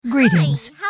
Greetings